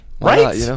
Right